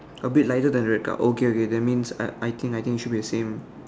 a bit lighter than the car okay okay that means I think I think it should be the same